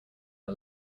are